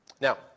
Now